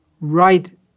right